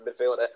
midfielder